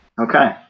Okay